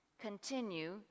continue